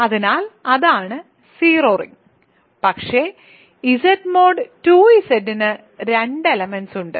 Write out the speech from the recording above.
അതിനാൽ അതാണ് 0 റിംഗ് പക്ഷേ Z mod 2 Zന് 2 എലെമെന്റ്സ് ഉണ്ട്